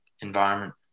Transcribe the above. environment